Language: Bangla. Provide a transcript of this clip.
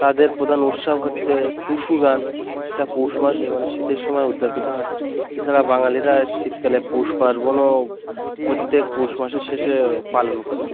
তাদের প্রধান উৎসব হচ্ছে টুসু গান সেটা পৌষমাসে মানে শীতের সময় উদযাপিত হয় এছাড়া বাঙালিরা শীতকালে পৌষ পার্বণও প্রত্যেক পৌষ মাসের শেষে পালন করে